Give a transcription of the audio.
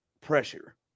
pressure